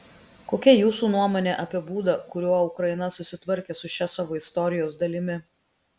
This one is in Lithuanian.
kokia jūsų nuomonė apie būdą kuriuo ukraina susitvarkė su šia savo istorijos dalimi